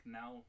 now